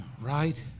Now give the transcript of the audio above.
right